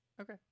okay